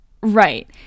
right